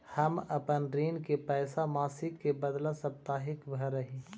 हम अपन ऋण के पैसा मासिक के बदला साप्ताहिक भरअ ही